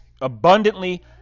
abundantly